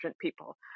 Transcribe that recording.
people